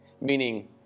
meaning